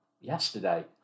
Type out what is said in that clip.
yesterday